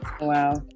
Wow